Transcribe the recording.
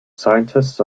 scientists